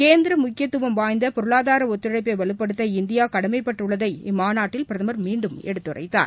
கேந்திர முக்கியத்துவம் வாய்ந்த பொருளாதார ஒத்தழைப்பை வலுப்படுத்த இந்தியா கடமைப்பட்டுள்ளதை இம்மாநாட்டில் பிரதமர் மீண்டும் எடுத்துரைத்தார்